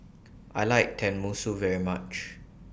I like Tenmusu very much